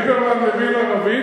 ליברמן מבין ערבית,